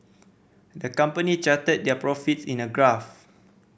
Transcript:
the company charted their profits in a graph